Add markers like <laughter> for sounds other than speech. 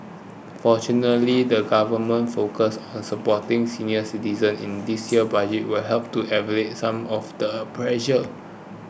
fortunately the government's focus on supporting senior citizens in this year's <noise> Budget will help to alleviate some of the pressure